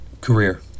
Career